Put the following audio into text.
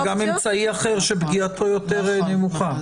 וגם אמצעי אחר שפגיעתו יותר נמוכה.